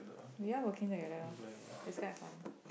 we are working together it's quite fun